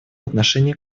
отношении